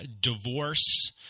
divorce